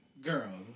Girl